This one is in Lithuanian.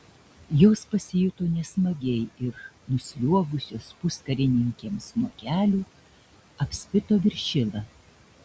jos pasijuto nesmagiai ir nusliuogusios puskarininkiams nuo kelių apspito viršilą